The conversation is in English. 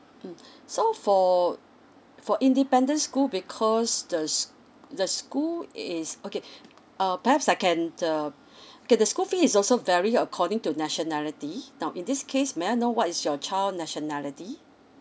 mm so for for independent school because the the school is okay uh perhaps I can the okay the school fee is also vary according to nationality now in this case may I know what is your child nationality